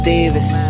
Davis